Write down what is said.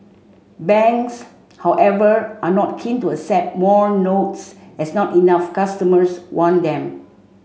banks however are not keen to accept more notes as not enough customers want them